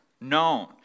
known